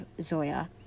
Zoya